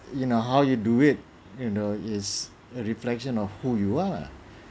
you know how you do it you know is a reflection of who you are